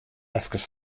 efkes